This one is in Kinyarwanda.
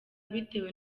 bitewe